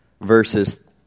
verses